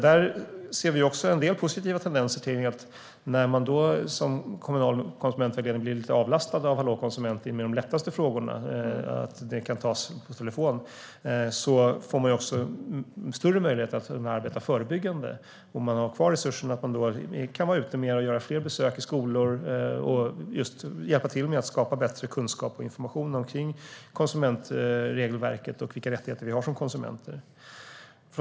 Det finns en del positiva tendenser i och med att den kommunala konsumentvägledningen har blivit avlastad av att Hallå konsument kan ta de lätta frågorna per telefon. Då blir det större möjligheter att arbeta förebyggande, göra fler besök i skolor och hjälpa till med att ge kunskap och information om konsumentregelverket och konsumenters rättigheter.